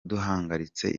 duhagaritse